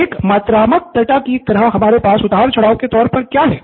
तो एक मात्रात्मक डाटा की तरह हमारे पास उतार चढ़ाव के तौर पर क्या है